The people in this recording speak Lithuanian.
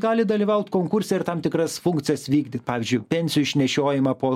gali dalyvaut konkurse ir tam tikras funkcijas vykdyt pavyzdžiui pensijų išnešiojimą po